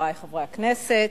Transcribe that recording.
חברי חברי הכנסת,